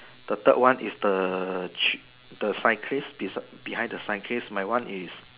the third one is the cyclist beside behind the cyclist my one is